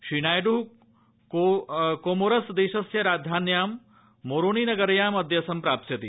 श्रीनायड् Comoros देशस्य राजधान्यां Moroni नगर्याम् अदय सम्प्राप्स्यति